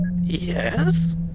Yes